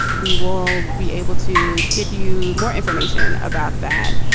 we will be able to get you more information about that.